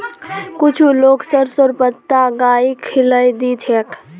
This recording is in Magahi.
कुछू लोग सरसोंर पत्ता गाइक खिलइ दी छेक